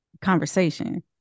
conversation